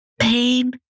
Pain